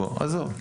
תודה.